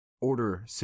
Order